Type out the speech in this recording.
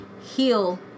heal